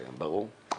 זה ברור,